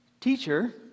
Teacher